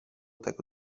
tego